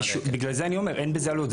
בגלל זה אני אומר, אין לזה עלות.